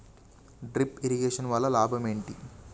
Drip irrigation వల్ల లాభం ఏంటి?